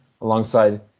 alongside